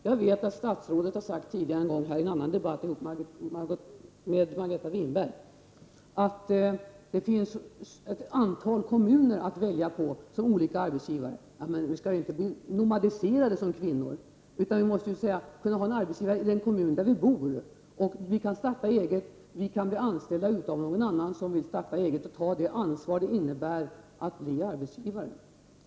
Jag vet att statsrådet i en tidigare debatt med Margareta Winberg har sagt att det finns ett antal kommuner att välja på som olika arbetsgivare. Vi skall väl inte behöva bli nomadiserade som kvinnor. Vi måste kunna ha en arbetsgivare i den kommun där vi bor. Vi måste kunna starta eget eller bli anställda av någon annan som vill starta eget och ta det ansvar som det innebär att bli arbetsgivare.